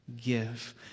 give